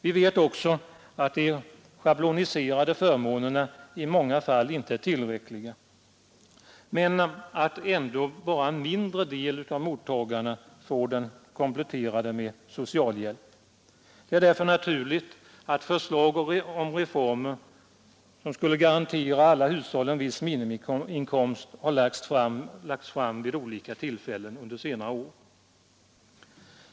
Vi vet också att de schabloniserade förmånerna i många fall inte är tillräckliga men att ändå bara en mindre del av mottagarna får dessa förmåner kompletterade med socialhjälp. Det är därför naturligt att förslag om reformer som skulle garantera alla hushåll en viss minimiinkomst har lagts fram vid olika tillfällen under senare år.